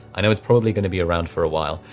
i know it's probably gonna be around for a while.